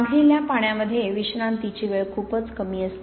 बांधलेल्या पाण्यामध्ये विश्रांतीची वेळ खूपच कमी असते